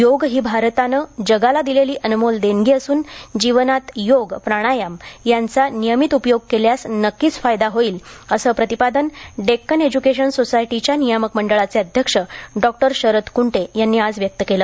योग ही भारताने जगाला दिलेली अनमोल देणगी असून जीवनात योग प्राणायाम यांचा नियमित उपयोग केल्यास नक्कीच फायदा होईल असं प्रतिपादन डेक्कन एज्युकेशन सोसायटीच्या नियामक मंडळाचे अध्यक्ष डॉ शरद कृंटे यांनी आज व्यक्त केलं